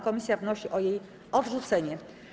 Komisja wnosi o jej odrzucenie.